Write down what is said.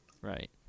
Right